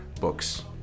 Books